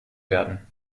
werden